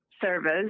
service